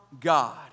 God